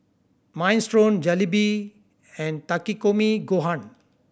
Minestrone Jalebi and Takikomi Gohan